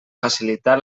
facilitar